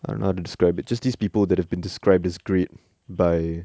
I don't know how to describe it just these people that have been described as great by